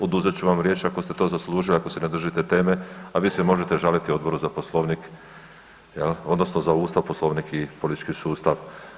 Oduzet ću vam riječ ako ste to zaslužili ako se ne držite teme, a vi se možete žaliti Odboru za Poslovnik, odnosno za Ustav, Poslovnik i politički sustav.